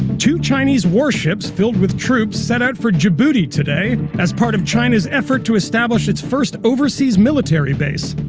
two chinese warships filled with troops set out for djibouti today as part of china's efforts to establish its first overseas military base.